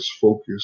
focus